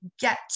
get